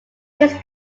his